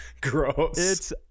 gross